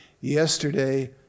yesterday